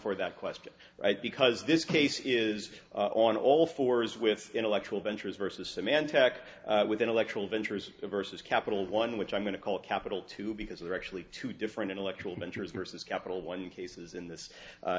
for that question because this case is on all fours with intellectual ventures versus symantec with intellectual ventures vs capital one which i'm going to call capital two because they're actually two different intellectual mentors versus capital one cases in this